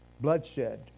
bloodshed